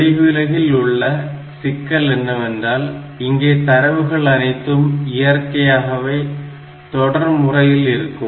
வெளியுலகில் உள்ள சிக்கல் என்னவென்றால் இங்கே தரவுகள் அனைத்தும் இயற்கையாகவே தொடர் முறையில் இருக்கும்